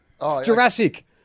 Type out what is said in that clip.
Jurassic